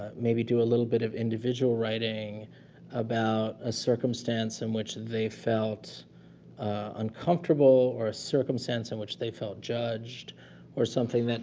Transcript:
ah maybe do a little bit of individual writing about a circumstance in which they felt uncomfortable, or a circumstance in which they felt judged or something,